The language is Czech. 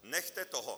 Nechte toho!